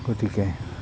গতিকে